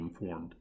informed